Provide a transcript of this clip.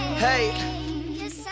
Hey